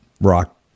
rock